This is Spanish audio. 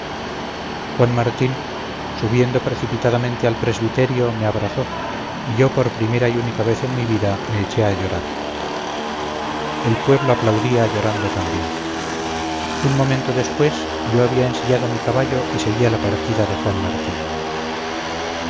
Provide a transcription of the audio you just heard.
juan martín subiendo precipitadamente al presbiterio me abrazó y yo por primera y única vez en mi vida me eché a llorar el pueblo aplaudía llorando también un momento después yo había ensillado mi caballo y seguía la partida de juan martín